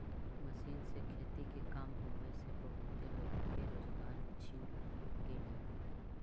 machine से खेती के काम होवे से बहुते लोग के रोजगार छिना गेले हई